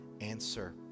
answer